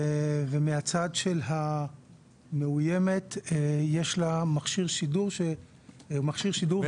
ומהצד של המאוימת יש לה מכשיר שידור שמכשיר שידור בשליטה.